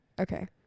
Okay